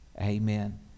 Amen